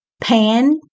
PAN